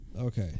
Okay